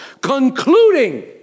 Concluding